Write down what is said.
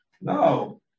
No